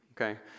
okay